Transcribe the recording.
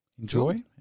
Enjoy